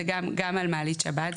גם על מעלית שבת,